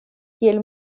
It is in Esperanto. kiel